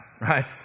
Right